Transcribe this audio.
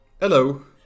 Hello